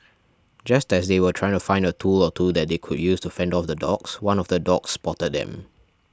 just as they were trying to find a tool or two that they could use to fend off the dogs one of the dogs spotted them